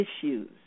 issues